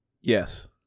yes